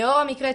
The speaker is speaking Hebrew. לאור המקרה,